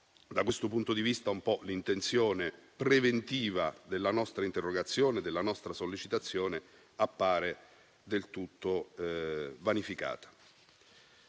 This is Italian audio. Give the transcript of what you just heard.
Da questo punto di vista, l'intenzione preventiva della nostra interrogazione e della nostra sollecitazione appare del tutto vanificata.